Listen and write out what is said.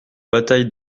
batailles